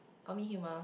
for me humour